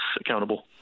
accountable